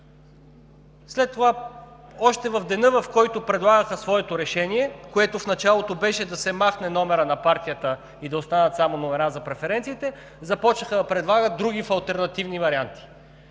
След това още в деня, в който предлагаха своето решение, което в началото беше да се махне номерът на партията и да останат само номера за преференциите, започнаха да предлагат други алтернативни варианти.